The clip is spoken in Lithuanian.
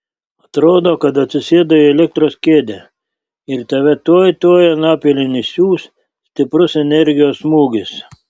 atrodo kad atsisėdai į elektros kėdę ir tave tuoj tuoj anapilin išsiųs stiprus energijos smūgis